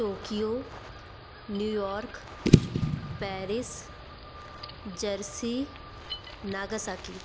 Tokyo New York Paris jersey Nagasaki